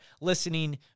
listening